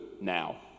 now